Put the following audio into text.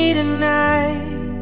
tonight